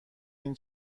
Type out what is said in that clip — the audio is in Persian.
این